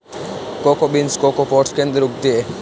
cocoa beans cocoa pods के अंदर उगते हैं